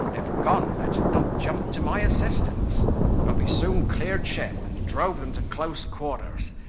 if guntlet had not jumped to my assistance but we soon cleared ship, and drove them to close quarters,